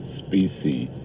species